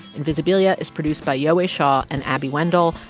invisibilia is produced by yowei shaw and abby wendle.